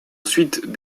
ensuite